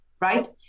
right